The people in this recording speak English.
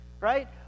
right